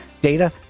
data